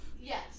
Yes